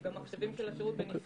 מנכ"ל משרד הבריאות מסמיך אנשים בתוך